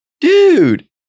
Dude